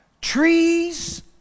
trees